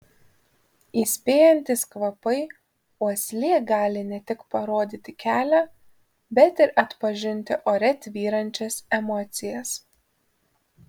įspėjantys kvapai uoslė gali ne tik parodyti kelią bet ir atpažinti ore tvyrančias emocijas